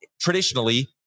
traditionally